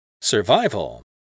Survival